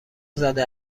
زده